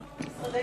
אני מציע,